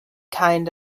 kind